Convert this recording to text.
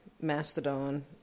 Mastodon